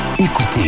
Écoutez